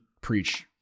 preach